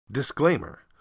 Disclaimer